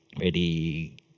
Ready